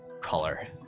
color